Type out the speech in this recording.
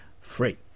free